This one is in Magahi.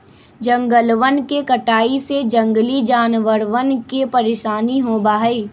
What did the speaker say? जंगलवन के कटाई से जंगली जानवरवन के परेशानी होबा हई